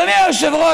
אדוני היושב-ראש,